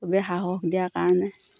সবেই সাহস দিয়াৰ কাৰণে